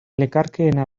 lekarkeena